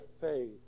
faith